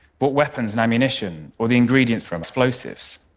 bought weapons and ammunition, or the ingredients for explosives.